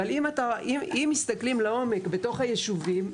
אבל אם מסתכלים לעומק בתוך הישובים,